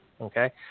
okay